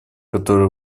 которая